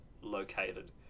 located